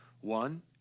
One